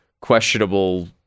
questionable